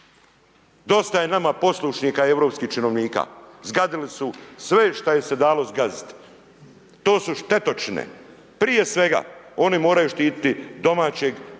Dosta je nama poslušnika i europskih činovnika, zagadili su sve što im se dalo zgaziti. To su štetočine. Prije svega oni moraju štiti domaćeg